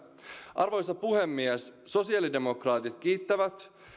arvoisa puhemies sosiaalidemokraatit kiittävät